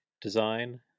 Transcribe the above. design